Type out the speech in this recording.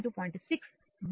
2 0